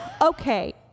Okay